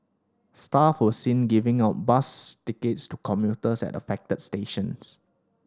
staff were seen giving out bus tickets to commuters at affected stations